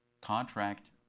contract